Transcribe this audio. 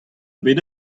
bet